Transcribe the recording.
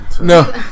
no